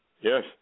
Yes